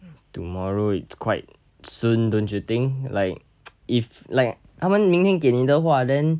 tomorrow it's quite soon don't you think like if like 他们明年给你的话